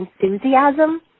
enthusiasm